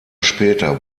später